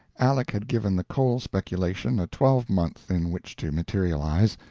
aleck had given the coal speculation a twelvemonth in which to materialize,